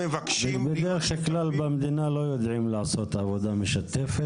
בדרך כלל לא יודעים לעשות במדינה עבודה משתפת.